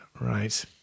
Right